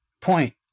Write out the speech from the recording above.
point